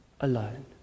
alone